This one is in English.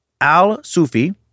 Al-Sufi